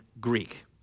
Greek